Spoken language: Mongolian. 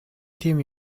тийм